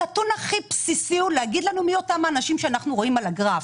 הנתון הכי בסיסי הוא לומר לנו מי אותם אנשים שאנחנו רואים על הגרף.